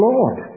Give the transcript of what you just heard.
Lord